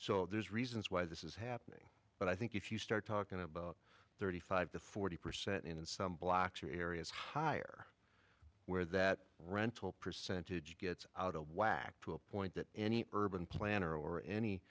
so there's reasons why this is happening but i think if you start talking about thirty five to forty percent in some blocks or areas hire where that rental percentage gets out of whack to a point that any urban planner or any